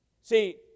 See